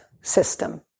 system